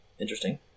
Interesting